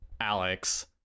alex